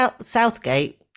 Southgate